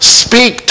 speak